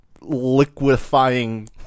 liquefying